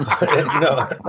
No